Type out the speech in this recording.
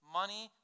Money